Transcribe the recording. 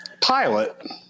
pilot